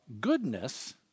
goodness